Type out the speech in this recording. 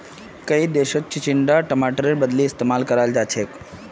कई देशत चिचिण्डा टमाटरेर बदली इस्तेमाल कराल जाछेक